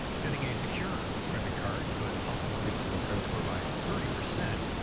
getting a secured credit card could help increase your credit score by thirty percent.